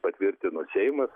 patvirtino seimas